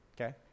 Okay